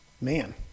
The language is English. man